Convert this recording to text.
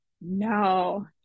No